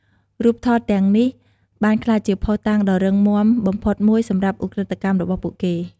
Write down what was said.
រូបថតទាំងនេះបានក្លាយជាភស្តុតាងដ៏រឹងមាំបំផុតមួយសម្រាប់ឧក្រិដ្ឋកម្មរបស់ពួកគេ។